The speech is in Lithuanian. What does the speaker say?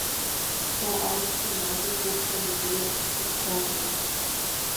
po aukštu medžiu pūpso didžiulė cisterna